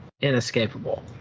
inescapable